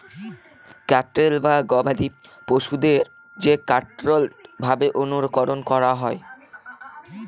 cattle বা গবাদি পশুদের যে কন্ট্রোল্ড ভাবে অনুকরন করা হয়